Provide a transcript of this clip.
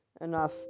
enough